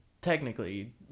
technically